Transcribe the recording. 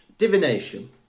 Divination